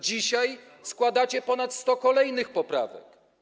Dzisiaj składacie ponad 100 kolejnych poprawek.